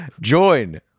Join